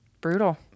Brutal